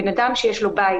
בן אדם שיש לו בית,